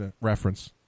reference